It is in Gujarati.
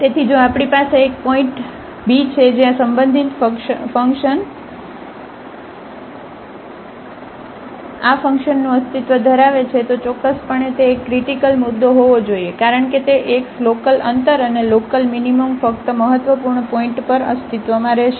તેથી જો આપણી પાસે એક પોઇન્ટ બી છે જ્યાં સંબંધિત ફંકશનટર્મ્ધતિ આ ફંકશનનું અસ્તિત્વ ધરાવે છે તો ચોક્કસપણે તે એક ક્રિટીકલ મુદ્દો હોવો જોઈએ કારણ કે તે એક્સ લોકલઅંતર અને લોકલમીનીમમ ફક્ત મહત્વપૂર્ણ પોઇન્ટ પર અસ્તિત્વમાં રહેશે